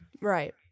right